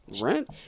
rent